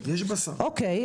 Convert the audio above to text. אוקיי,